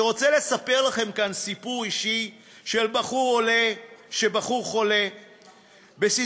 אני רוצה לספר לכם כאן סיפור אישי של בחור חולה בסיסטיק-פיברוזיס,